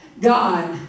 God